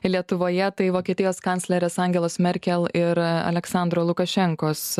lietuvoje tai vokietijos kanclerės angelos merkel ir aleksandro lukašenkos